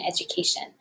Education